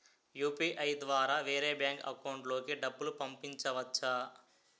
UPI ద్వారా వేరే bank account లోకి డబ్బులు పంపించవచ్చా?